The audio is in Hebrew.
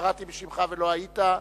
קראתי בשמך ולא היית,